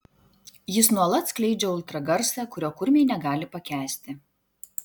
jis nuolat skleidžia ultragarsą kurio kurmiai negali pakęsti